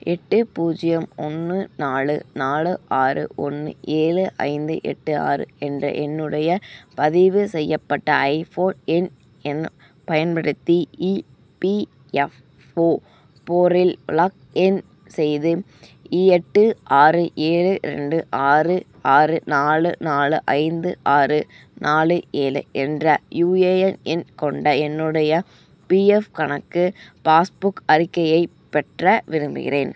எட்டு பூஜ்ஜியம் ஒன்று நாலு நாலு ஆறு ஒன்று ஏழு ஐந்து எட்டு ஆறு என்ற என்னுடைய பதிவு செய்யப்பட்ட ஐ ஃபோன் எண் எண் பயன்படுத்தி இபிஎஃப்ஓ போர்டலில் லாக்இன் செய்து எட்டு ஆறு ஏழு ரெண்டு ஆறு ஆறு நாலு நாலு ஐந்து ஆறு நாலு ஏழு என்ற யுஏஎன் எண் கொண்ட என்னுடைய பிஎஃப் கணக்கு பாஸ்புக் அறிக்கையை பெற விரும்புகிறேன்